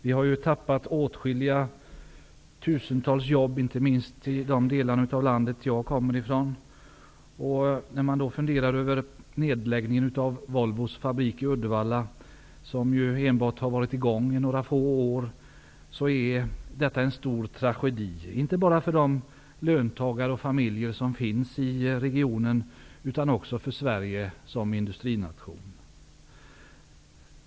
Vi har tappat åtskilliga tusentals jobb, inte minst i den del av landet jag kommer ifrån. Nedläggningen av Volvos fabrik i Uddevalla, som endast har varit i gång några få år, är en stor tragedi inte bara för löntagare och familjer som finns i regionen, utan också för Sverige som industrination.